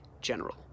general